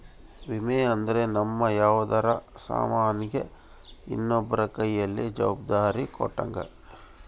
ವಿಮೆ ಅಂದ್ರ ನಮ್ ಯಾವ್ದರ ಸಾಮನ್ ಗೆ ಇನ್ನೊಬ್ರ ಕೈಯಲ್ಲಿ ಜವಾಬ್ದಾರಿ ಕೊಟ್ಟಂಗ